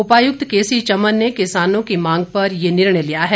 उपायुक्त केसी चमन ने किसानों की मांग पर ये निर्णय लिया है